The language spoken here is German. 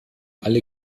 alle